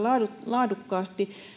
laadukkaasti